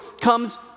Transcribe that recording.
comes